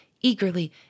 eagerly